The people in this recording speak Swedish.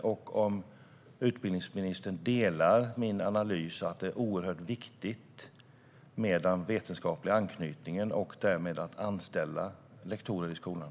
Jag undrar också om utbildningsministern delar min analys att det är oerhört viktigt med den vetenskapliga anknytningen och därmed att anställa lektorer i skolan.